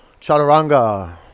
Chaturanga